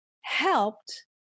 helped